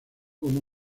como